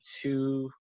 two